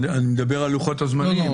אני מדבר על לוחות-הזמנים.